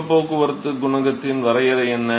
வெப்ப போக்குவரத்து குணகத்தின் வரையறை என்ன